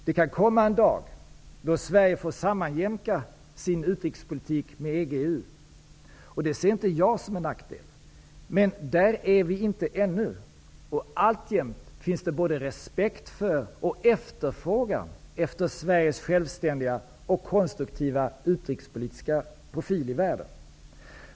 Det kan komma en dag då Sverige får sammanjämka sin utrikespolitik med EG/EU, och det ser inte jag som en nackdel. Men där är vi inte ännu, och alltjämt finns det både respekt för och efterfrågan efter Sveriges självständiga och konstruktiva utrikespolitiska profil i världen.